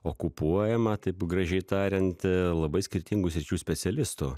okupuojama taip gražiai tariant labai skirtingų sričių specialistų